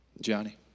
Johnny